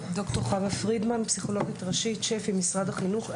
אני פסיכולוגית ראשית, שפ"י, משרד החינוך.